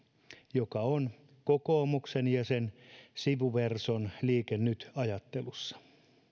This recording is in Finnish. joka on kokoomuksen ja sen sivuverson liike nytin ajattelussa